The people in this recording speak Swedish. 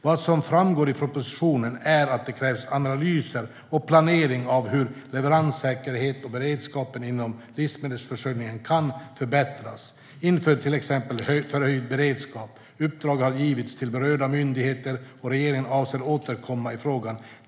Vad som framgår i propositionen är att det krävs analyser och planering av hur leveranssäkerheten och beredskapen inom livsmedelsförsörjningen kan förbättras inför till exempel förhöjd beredskap. Uppdrag har givits till berörda myndigheter, och regeringen avser att återkomma i frågan.